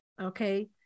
okay